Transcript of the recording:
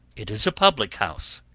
it is a public-house.